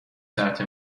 ساعت